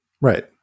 right